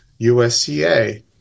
USCA